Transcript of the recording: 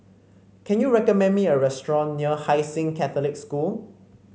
can you recommend me a restaurant near Hai Sing Catholic School